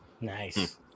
Nice